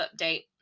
update